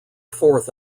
forth